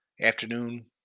Afternoon